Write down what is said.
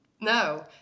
No